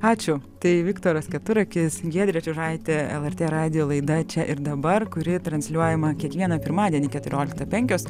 ačiū tai viktoras keturakis giedrė čiužaitė lrt radijo laida čia ir dabar kuri transliuojama kiekvieną pirmadienį keturioliktą penkios